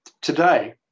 Today